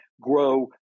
grow